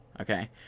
okay